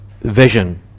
vision